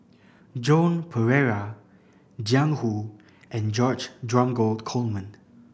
Joan Pereira Jiang Hu and George Dromgold Coleman